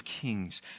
Kings